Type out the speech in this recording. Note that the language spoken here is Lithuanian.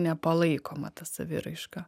nepalaikoma ta saviraiška